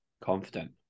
Confident